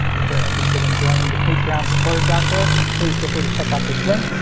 if you're interested in joining the patreon supporters out there, please feel free to check out this link.